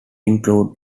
include